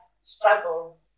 struggles